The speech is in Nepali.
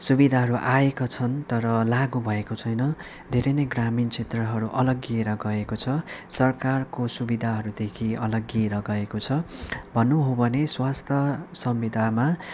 सुविधाहरू आएको छन् तर लागु भएको छैन धेरै नै ग्रामिण क्षेत्रहरू अलग्गिएर गएको छ सरकारको सुविधाहरूदेखि अलग्गिएर गएको छ भन्नु हो भने स्वास्थ्य सम्बन्धमा